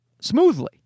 smoothly